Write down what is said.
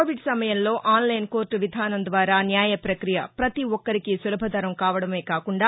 Covid సమయంలో online court విధానం ద్వారా న్యాయప్రక్రియ పతి ఒక్కరికి సులభతరం కావడమే కాకుండా